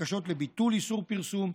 בקשות לביטול איסור פרסום,